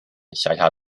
辖下